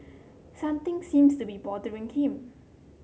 something seems to be bothering him